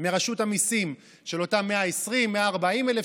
מרשות המיסים על אותם 120,000 140,000